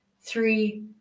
three